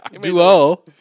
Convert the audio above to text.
Duo